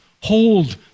hold